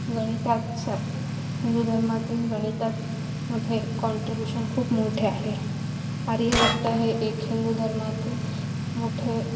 गणितात स हिंदू धर्मातील गणितामध्ये कॉन्ट्रीब्युशन खूप मोठे आहे आर्यभट्ट हे एक हिंदू धर्मातील मोठे